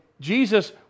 Jesus